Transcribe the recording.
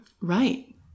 Right